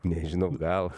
nežinau gal